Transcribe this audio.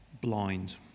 blind